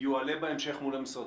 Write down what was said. יועלה בהמשך מול המשרדים.